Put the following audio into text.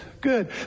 good